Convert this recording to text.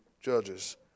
judges